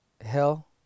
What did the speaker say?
hell